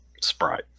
Sprite